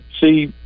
see